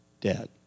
dead